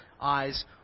eyes